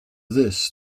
this